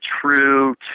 true